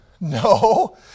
No